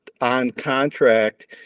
on-contract